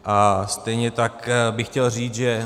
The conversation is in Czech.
A stejně tak bych chtěl říct, že